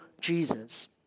Jesus